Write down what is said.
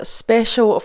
special